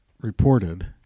reported